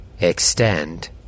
Extend